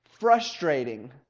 Frustrating